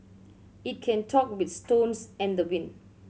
it can talk with stones and the wind